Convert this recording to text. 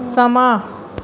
ਸਮਾਂ